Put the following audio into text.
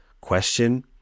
question